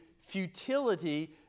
futility